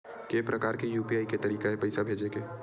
के प्रकार के यू.पी.आई के तरीका हे पईसा भेजे के?